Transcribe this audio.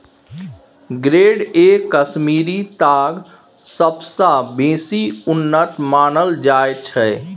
grade A कश्मीरी ताग सबसँ बेसी उन्नत मानल जाइ छै